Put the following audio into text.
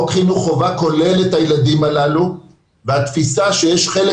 חוק חינוך חובה כולל את הילדים הללו והתפיסה שיש חלק